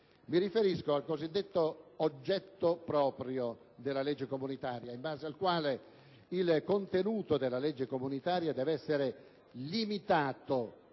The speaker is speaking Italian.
Mi riferisco al cosiddetto oggetto proprio della legge comunitaria, in base al quale il contenuto di tale provvedimento deve essere limitato